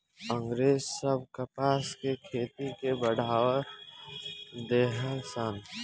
अँग्रेज सब कपास के खेती के बढ़ावा देहलन सन